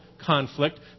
Conflict